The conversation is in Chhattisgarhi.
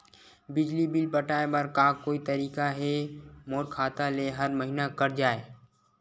बिजली बिल पटाय बर का कोई तरीका हे मोर खाता ले हर महीना कट जाय?